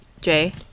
jay